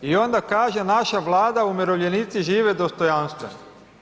I onda kaže naša Vlada umirovljenici žive dostojanstveno.